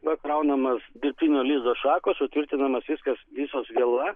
yra kraunamos dirbtinio lizdo šakos sutvirtinamas viskas visos viela